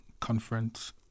conference